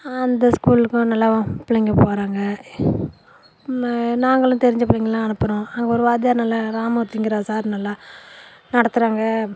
அந்த ஸ்கூல்க்கும் நல்லா பிள்ளைங்கள் போகிறாங்க ம நாங்களும் தெரிஞ்ச பிள்ளைங்கலாம் அனுப்புகிறோம் அங்கே ஒரு வாத்தியார் நல்லா ராம்மூர்த்திங்கிற சார் நல்லா நடத்துகிறாங்க